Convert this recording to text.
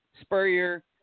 Spurrier